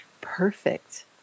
perfect